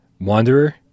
Wanderer